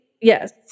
yes